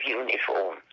uniform